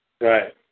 Right